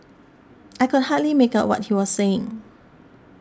I could hardly make out what he was saying